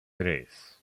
tres